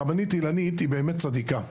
הרבנית אילנית שושני היא באמת צדיקה.